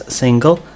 single